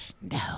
no